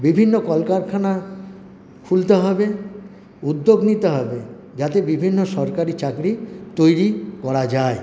বিভিন্ন কলকারখানা খুলতে হবে উদ্যোগ নিতে হবে যাতে বিভিন্ন সরকারি চাকরি তৈরি করা যায়